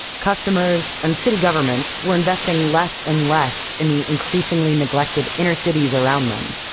customers, and city governments, were investing less and less in the increasingly neglected inner cities around them.